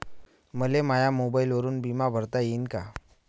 मले माया मोबाईलवरून बिमा भरता येईन का?